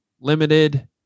limited